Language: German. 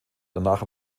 danach